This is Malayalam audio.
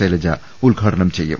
ശൈലജ ഉദ്ഘാടനം ചെയ്യും